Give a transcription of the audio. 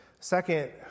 second